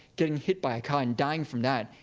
getting hit by a car, and dying from that,